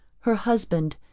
her husband,